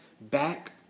back